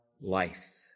life